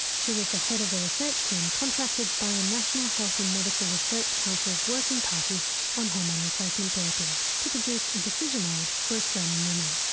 she was the head of a research team contracted by the national health and medical research council's working party on hormone replacement therapy to produce a decision aid for australian women.